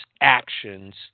actions